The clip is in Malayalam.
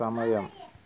സമയം